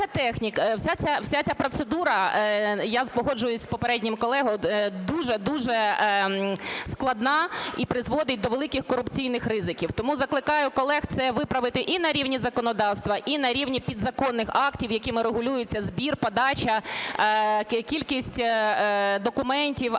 вся ця процедура, я погоджуюсь з попереднім колегою, дуже-дуже складна і призводить до великих корупційних ризиків. Тому закликаю колег це виправити і на рівні законодавства, і на рівні підзаконних актів, якими регулюється збір, подача, кількість документів,